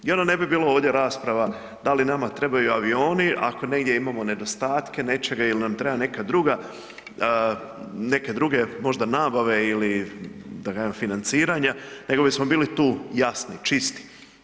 I onda ne bi bilo ovdje rasprava da li nama trebaju avioni, ako negdje imamo nedostatke nečega ili nam treba neka druga, neke druge možda nabave ili da kažem, financiranja, nego bismo bili tu jasni, čisti.